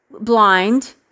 blind